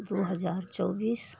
दू हजार चौबीस